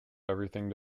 everything